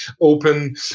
open